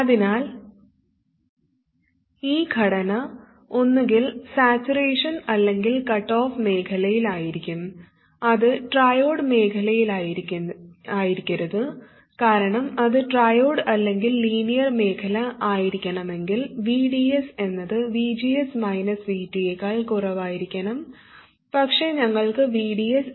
അതിനാൽ ഈ ഘടന ഒന്നുകിൽ സാച്ചുറേഷൻ അല്ലെങ്കിൽ കട്ട് ഓഫ് മേഖലയിലായിരിക്കും അത് ട്രയോഡ് മേഖലയിലായിരിക്കരുത് കാരണം അത് ട്രയോഡ് അല്ലെങ്കിൽ ലീനിയർ മേഖല ആയിരിക്കണമെങ്കിൽ VDS എന്നത് VGS VT യേക്കാൾ കുറവായിരിക്കണം പക്ഷേ ഞങ്ങൾക്ക് VDS VGS ഉണ്ട്